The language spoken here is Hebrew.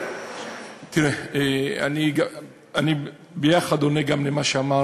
אני עונה ביחד, גם על מה שאמר